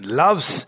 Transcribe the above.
love's